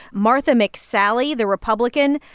martha mcsally the republican,